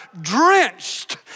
drenched